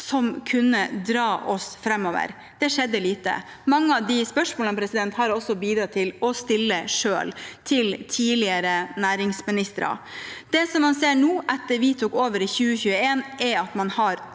som kunne dra oss framover, ble avslått. Det skjedde lite. Mange av spørsmålene har jeg også selv bidratt til å stille til tidligere næringsministre. Det man ser nå, etter at vi tok over i 2021, er at man har